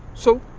so.